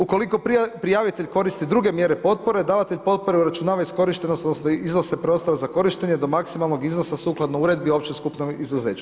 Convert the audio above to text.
Ukoliko prijavitelj koristi druge mjere potpore, davatelj potpore uračunava iskorištenost, odnosno iznose preostale za korištenje do maksimalnog iznosa sukladno uredbi, opće skupnom izuzeću.